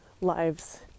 lives